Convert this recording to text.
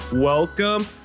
Welcome